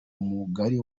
mugari